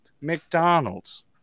McDonald's